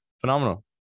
Phenomenal